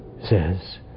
says